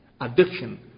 addiction